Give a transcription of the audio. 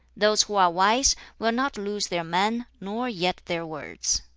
those who are wise will not lose their man nor yet their words.